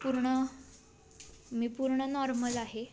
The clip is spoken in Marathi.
पूर्ण मी पूर्ण नॉर्मल आहे